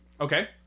Okay